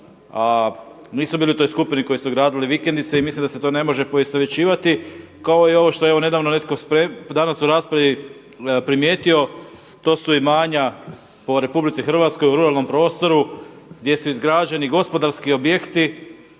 a nisu bili u toj skupini koji su gradili vikendice i mislim da se to ne može poistovjećivati kao i ovo što je evo nedavno netko danas u raspravi primijetio to su imanja po Republici Hrvatskoj u ruralnom prostoru gdje su izgrađeni gospodarski objekti